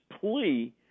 plea